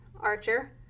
Archer